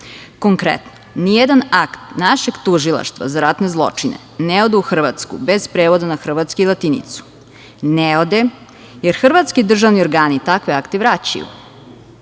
Konkretno, nijedan akt našeg Tužilaštva za ratne zločine ne ode u Hrvatsku bez prevoda na hrvatski i latinicu. Ne ode, jer hrvatski državni organi takve akte vraćaju.